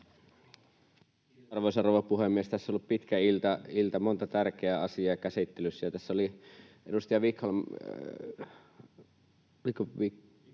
Arvoisa rouva puhemies! Tässä on ollut pitkä ilta, monta tärkeää asiaa käsittelyssä, ja tässä oli edustaja Vikholm...